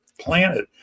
planet